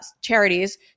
charities